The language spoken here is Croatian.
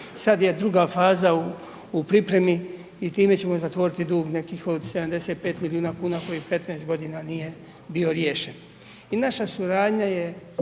sad je druga faza u pripremi i time ćemo zatvoriti dug nekih od 75 milijuna kuna koji 15 godina nije bio riješen. I naša suradnja je